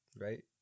right